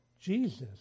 Jesus